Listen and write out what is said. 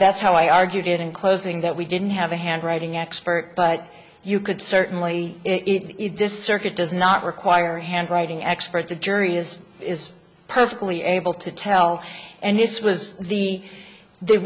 that's how i argued it in closing that we didn't have a handwriting expert but you could certainly it this circuit does not require handwriting expert to jury is is perfectly able to tell and this was the the